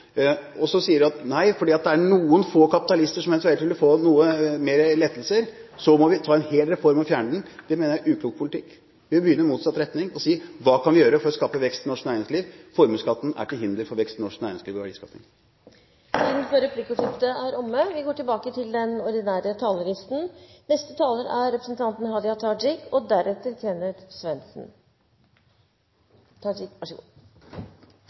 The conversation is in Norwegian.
arbeidsplasser. Så sier man at fordi noen få kapitalister eventuelt ville få noen flere lettelser, må vi fjerne en hel reform. Det mener jeg er uklok politikk. Vi må begynne i motsatt ende og si: Hva kan vi gjøre for å skape vekst i norsk næringsliv? Formuesskatten er til hinder for vekst i norsk næringsliv og verdiskaping. Replikkordskiftet er omme. Forutsetningen for framtidens verdiskaping er en god skole med vekt på kunnskap og mestring. For Arbeiderpartiet er visjonen at vi alltid skal løfte elevene, aldri senke ambisjonene. La meg gi noen eksempler: Når Aksel og